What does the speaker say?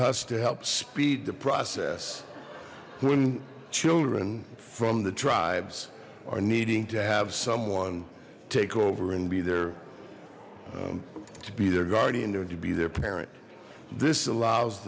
us to help speed the process when children from the tribes are needing to have someone take over and be there to be their guardian known to be their parent this allows